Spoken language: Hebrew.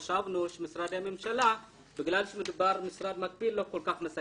אז חשבנו שמשרדי ממשלה לא כל כך מסייעים בגלל שמדובר במשרד מקביל.